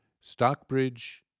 Stockbridge